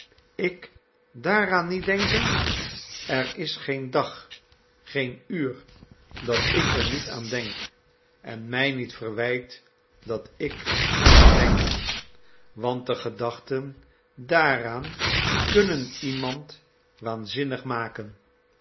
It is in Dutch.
ik daaraan niet denken er is geen dag geen uur dat ik er niet aan denk en mij niet verwijt dat ik er aan denk want de gedachten daaraan kunnen iemand waanzinnig maken